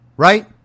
Right